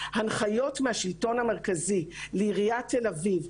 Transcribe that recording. הנחיות מהשלטון המרכזי לעיריית תל-אביב.